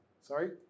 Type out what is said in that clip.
Sorry